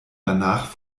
danach